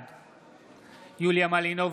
בעד יוליה מלינובסקי,